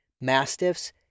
mastiffs